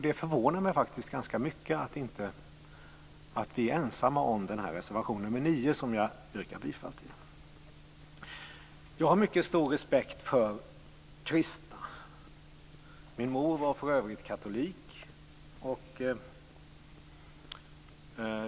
Det förvånar mig ganska mycket att vi är ensamma om reservation nr 9, som jag yrkar bifall till. Jag har mycket stor respekt för kristna. Min mor var för övrigt katolik.